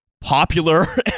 popular